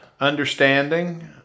Understanding